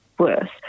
worse